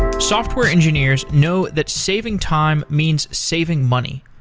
software engineers know that saving time means saving money.